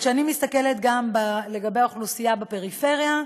כשאני מסתכלת גם על האוכלוסייה בפריפריה,